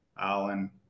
Alan